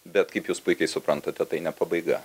bet kaip jūs puikiai suprantate tai ne pabaiga